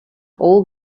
all